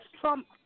Trump